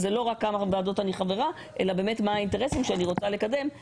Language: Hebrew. זה לא רק בכמה ועדות אני חברה אלא באמת מה האינטרסים שאני רוצה לקדם.